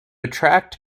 attract